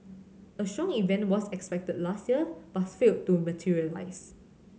a strong event was expected last year but failed to materialise